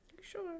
sure